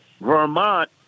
Vermont